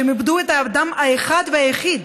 שאיבדו את האדם האחד והיחיד